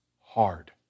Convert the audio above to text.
hard